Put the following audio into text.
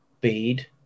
bead